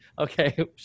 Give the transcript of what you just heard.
Okay